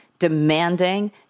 demanding